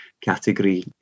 category